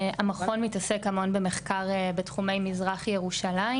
המכון מתעסק המון במחקר בתחום מזרחי ירושלים